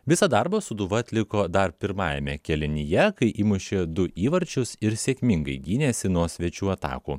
visą darbą sūduva atliko dar pirmajame kėlinyje kai įmušė du įvarčius ir sėkmingai gynėsi nuo svečių atakų